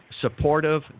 supportive